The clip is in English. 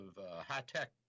high-tech